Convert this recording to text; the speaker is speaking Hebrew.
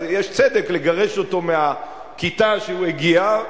אז יש צדק לגרש אותו מהכיתה שהוא הגיע,